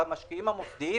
המשקיעים המוסדיים